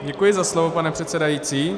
Děkuji za slovo, pane předsedající.